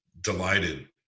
delighted